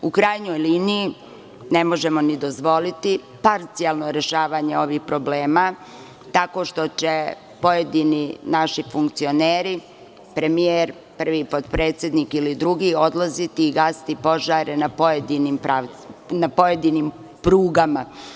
Ne možemo ni dozvoliti parcijalno rešavanje ovih problema tako što će pojedini naši funkcioner, premijer, prvi potpredsednik ili drugi odlaziti i gasiti požare na pojedinim prugama.